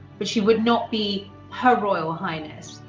but she would not be her royal highness.